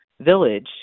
village